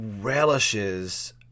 relishes